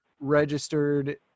registered